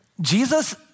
Jesus